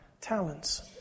talents